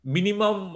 Minimum